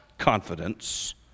confidence